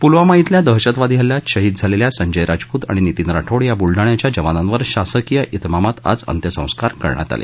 पुलवामा शिल्या दहशतवादी हल्ल्यात शहीद झालेल्या संजय राजपूत आणि नीतीन राठोड या बुलडाण्याच्या जवानांवर शासकीय विमामात आज अंत्यसंस्कार करण्यात आले